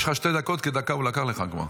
יש לך שתי דקות כי דקה הוא לקח לך כבר.